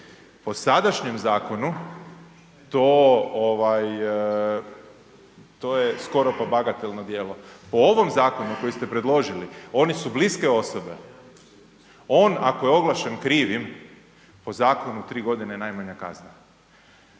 Po sadašnjem zakonu, to je skoro pa bagatelno djelo. Po ovom zakonu koji ste predložili, oni su bliske osobe. On ako je oglašen krivim, po zakonu, 3 godine najmanje kazna,